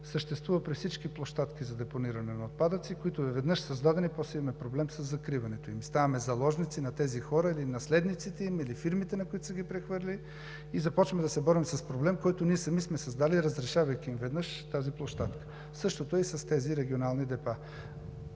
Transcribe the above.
съществува за депониране на отпадъци, които веднъж създадени, после има проблем със закриването. Ставаме заложници на тези хора или наследниците им, или на фирмите, на които са ги прехвърлили. Започваме да се борим с проблем, който ние сами сме създали, разрешавайки им веднъж тази площадка. Същото е с тези регионални депа.